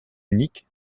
unique